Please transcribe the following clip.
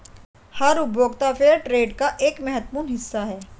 हर उपभोक्ता फेयरट्रेड का एक महत्वपूर्ण हिस्सा हैं